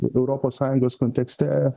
europos sąjungos kontekste